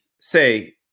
say